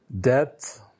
debt